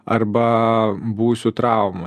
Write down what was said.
arba buvusių traumų